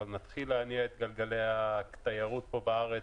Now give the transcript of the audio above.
אבל נתחיל להניע את גלגלי התיירות בארץ,